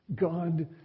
God